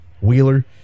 Wheeler